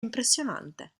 impressionante